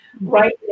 right